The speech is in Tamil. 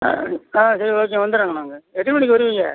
ஆ சரி ஓகே வந்துடுறேங்க நான் அங்கே எத்தினி மணிக்கு வருவீங்க